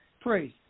praise